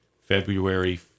February